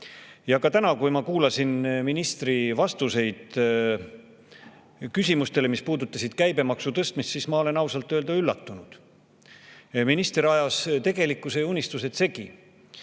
Ka täna, kui ma kuulasin ministri vastuseid küsimustele, mis puudutasid käibemaksu tõstmist, siis ma olen ausalt öelda üllatunud. Minister ajas tegelikkuse ja unistused segi.